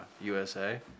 USA